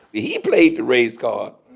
he played the race card.